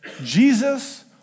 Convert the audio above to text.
Jesus